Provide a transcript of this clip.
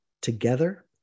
together